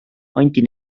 anti